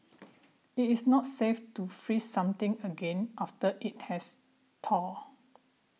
it is not safe to freeze something again after it has thawed